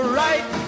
right